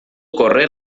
correr